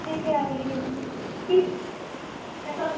ठीक है आइए ठीक